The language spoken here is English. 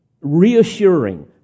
reassuring